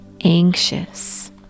anxious